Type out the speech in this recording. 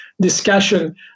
discussion